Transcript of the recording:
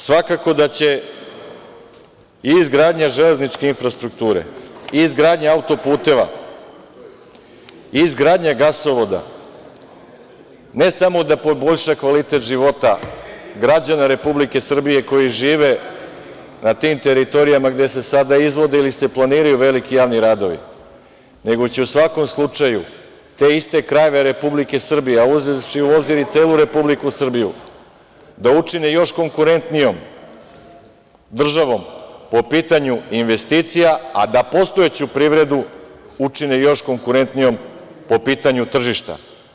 Svakako da će i izgradnja železničke infrastrukture i izgradnja auto-puteva i izgradnja gasovoda ne samo da poboljša kvalitet života građana Republike Srbije koji žive na tim teritorijama gde se sada izvode ili se planiraju veliki javni radovi, nego će u svakom slučaju te iste krajeve Republike Srbije, a uzevši u obzir celu Republiku Srbiju, da učine još konkurentnijom državom po pitanju investicija, a da postojeću privredu učine još konkurentnijom po pitanju tržišta.